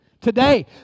Today